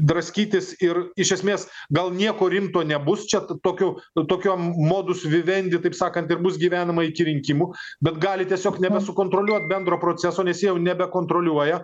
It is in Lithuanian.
draskytis ir iš esmės gal nieko rimto nebus če k tokio tokio m modus vivendi taip sakant ir bus gyvenama iki rinkimų bet gali tiesiog nebesukontroliuot bendro proceso nes jie jau nebekontroliuoja